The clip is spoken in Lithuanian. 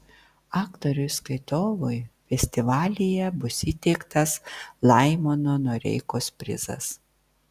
aktoriui skaitovui festivalyje bus įteiktas laimono noreikos prizas